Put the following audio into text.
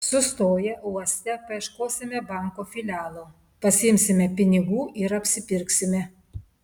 sustoję uoste paieškosime banko filialo pasiimsime pinigų ir apsipirksime